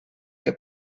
que